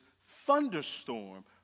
thunderstorm